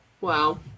Wow